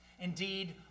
Indeed